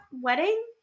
wedding